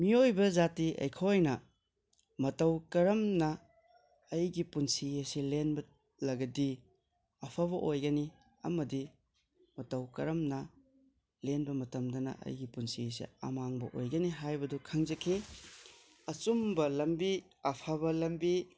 ꯃꯤꯑꯣꯏꯕ ꯖꯥꯇꯤ ꯑꯩꯈꯣꯏꯅ ꯃꯇꯧ ꯀꯔꯝꯅ ꯑꯩꯒꯤ ꯄꯨꯟꯁꯤ ꯑꯁꯤ ꯂꯦꯟꯂꯒꯗꯤ ꯑꯐꯕ ꯑꯣꯏꯒꯅꯤ ꯑꯃꯗꯤ ꯃꯇꯧ ꯀꯔꯝꯅ ꯂꯦꯟꯕ ꯃꯇꯝꯗꯅ ꯑꯩꯒꯤ ꯄꯨꯟꯁꯤꯁꯦ ꯑꯃꯥꯡꯕ ꯑꯣꯏꯒꯅꯤ ꯍꯥꯏꯕꯗꯨ ꯈꯪꯖꯈꯤ ꯑꯆꯨꯝꯕ ꯂꯝꯕꯤ ꯑꯐꯕ ꯂꯝꯕꯤ